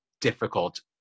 difficult